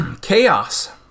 chaos